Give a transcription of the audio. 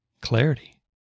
clarity